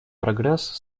прогресс